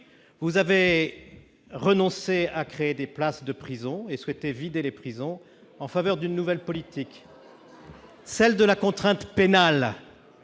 Vous avez renoncé à créer des places de prison et souhaitez vider les prisons en privilégiant une nouvelle politique, celle de la contrainte pénale.